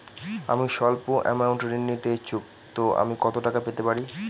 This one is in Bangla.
আমি সল্প আমৌন্ট ঋণ নিতে ইচ্ছুক তো আমি কত টাকা পেতে পারি?